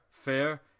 fair